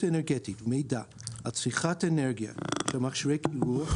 אנרגטית ומידע על צריכת אנרגיה של מכשירי קירור),